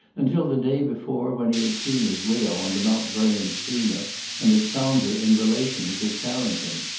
until the day before, when he had seen his widow on the mount vernon steamer and had found her in relations with carrington.